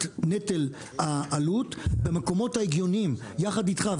נטל העלות במקומות ההגיוניים יחד איתך,